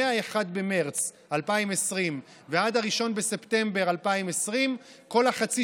מ-1 במרס 2020 ועד 1 בספטמבר 2020. כל חצי